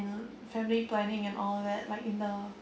you know family planning and all that like in the